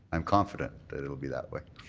i'm confident that it will be that way.